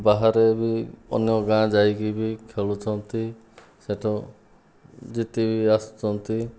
ବାହାରେ ବି ଅନ୍ୟ ଗାଁ ଯାଇକି ବି ଖେଳୁଛନ୍ତି ସେଠୁ ଜିତି ଆସୁଛନ୍ତି